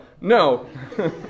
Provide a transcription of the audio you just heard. No